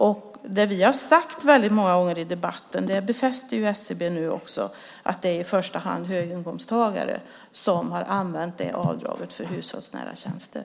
SCB befäster det vi har sagt väldigt många gånger i debatten. Det är i första hand höginkomsttagare som har använt avdraget för hushållsnära tjänster.